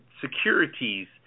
securities